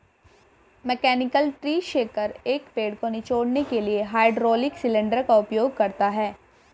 mechanical tree shaker, एक पेड़ को निचोड़ने के लिए हाइड्रोलिक सिलेंडर का उपयोग करता है